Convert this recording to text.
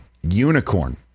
unicorn